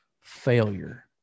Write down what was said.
failure